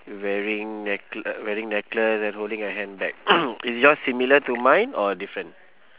wearing neckla~ wearing necklace then holding a handbag is yours similar to mine or different